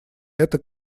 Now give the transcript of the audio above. это